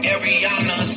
Ariana